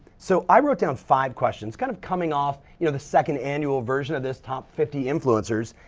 so i wrote down five questions kind of coming off you know the second annual version of this top fifty influencers.